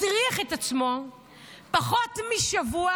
הטריח את עצמו פחות משבוע